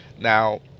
now